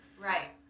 right